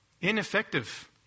Ineffective